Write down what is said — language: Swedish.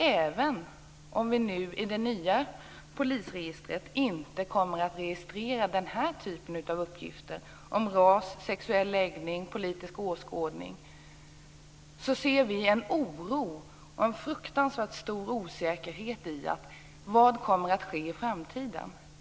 Även om man i det nya polisregistret inte kommer att registrera den här typen av uppgifter, om ras, sexuell läggning och politisk åskådning, känner vi oro och en fruktansvärt stor osäkerhet över vad som kommer att ske i framtiden.